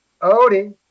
Odie